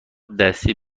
دستی